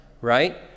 right